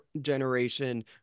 generation